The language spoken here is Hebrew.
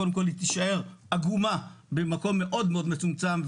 קודם כל היא תישאר אגומה במקום מאוד מאוד מצומצם,